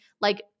Like-